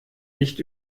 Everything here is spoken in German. nicht